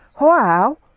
wow